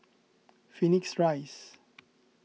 Phoenix Rise